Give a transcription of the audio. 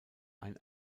ein